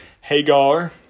Hagar